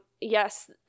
yes